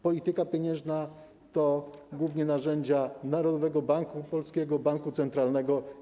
Polityka pieniężna to głównie narzędzia Narodowego Banku Polskiego, banku centralnego.